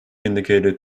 indicated